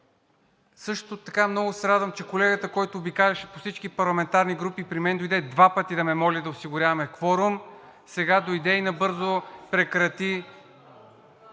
Също така много се радвам, че колегата, който обикаляше по всички парламентарни групи – при мен дойде два пъти да ме моли да осигуряваме кворум – сега дойде и набързо прекрати